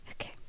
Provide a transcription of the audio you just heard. Okay